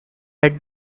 head